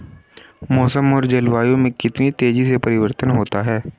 मौसम और जलवायु में कितनी तेजी से परिवर्तन होता है?